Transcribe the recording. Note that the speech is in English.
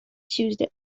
tuesday